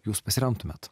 jūs pasiremtumėt